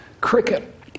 cricket